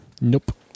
Nope